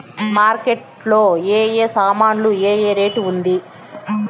Market లో ఏ ఏ సామాన్లు ఏ ఏ రేటు ఉంది?